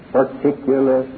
particular